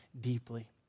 deeply